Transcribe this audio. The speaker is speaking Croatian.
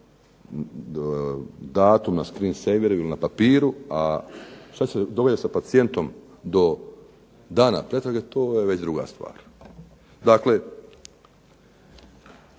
datuma na screensaveru il na papiru, a što se događa sa pacijentom do dana pretrage to je već druga stvar. Dakle,